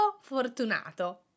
fortunato